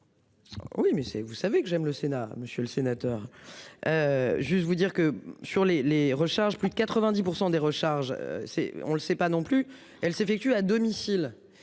Oui mais c'est, vous savez que j'aime le Sénat. Monsieur le sénateur. Juste vous dire que sur les les recharges, plus de 90% des recharges c'est on le sait pas non plus elle s'effectue à domicile.